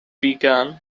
began